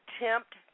attempt